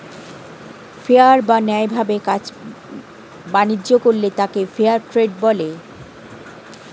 fair বা ন্যায় ভাবে বাণিজ্য করলে তাকে ফেয়ার ট্রেড বলে